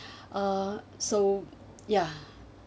uh so ya